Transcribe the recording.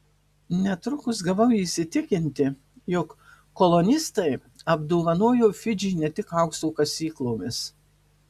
netrukus gavau įsitikinti jog kolonistai apdovanojo fidžį ne tik aukso kasyklomis